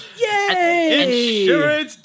Yay